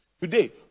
Today